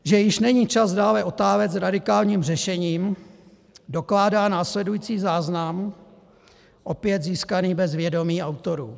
Že již není čas dále otálet s radikálním řešením, dokládá následující záznam, opět získaný bez vědomí autorů.